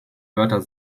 wörter